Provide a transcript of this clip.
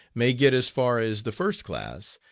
may get as far as the first class,